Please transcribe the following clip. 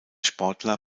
sportler